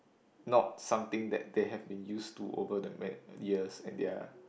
not something that they have been used to over the ma~ years and their